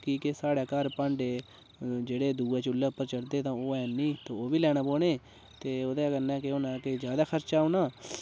की के साढ़े घर भांडे जेह्ड़े दूऐ चु'ल्ले उप्पर चढ़दे हे ओह् ऐनी ओह् बी लैना पौने ते ओह्दे कन्नै केह् होना की जादा खर्चा औना